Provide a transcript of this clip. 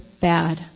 bad